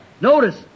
Notice